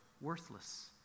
worthless